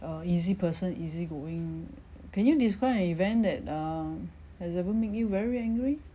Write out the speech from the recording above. uh easy person easy going can you describe an event that err has ever make you very angry